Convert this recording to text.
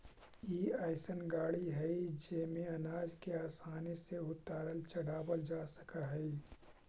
ई अइसन गाड़ी हई जेमे अनाज के आसानी से उतारल चढ़ावल जा सकऽ हई